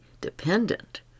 dependent